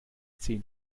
zehn